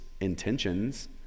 intentions